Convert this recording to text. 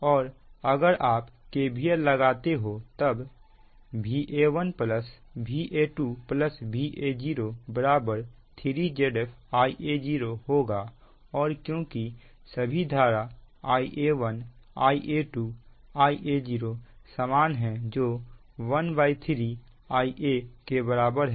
और अगर आप KVL लगाते हो तब Va1 Va2 Va0 3Zf Ia0 होगा और क्योंकि सभी धारा Ia1 Ia2 Ia0 समान है जो 13 Ia के बराबर है